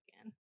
again